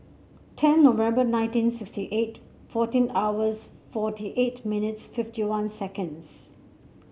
ten November nineteen sixty eight fourteen hours forty eight minutes fifty one seconds